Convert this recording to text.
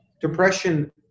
Depression